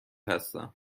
هستم